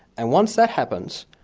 and once that happens,